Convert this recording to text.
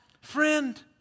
friend